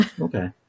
Okay